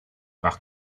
par